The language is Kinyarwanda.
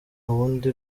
wundi